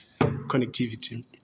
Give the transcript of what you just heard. connectivity